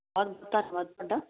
ਬਹੁਤ ਧੰਨਵਾਦ ਤੁਹਾਡਾ